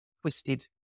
twisted